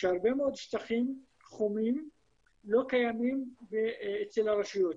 שהרבה מאוד שטחים חומים לא קיימים אצל הרשויות.